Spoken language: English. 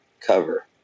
cover